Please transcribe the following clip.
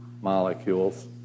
Molecules